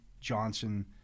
Johnson